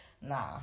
nah